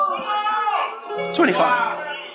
25